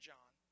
John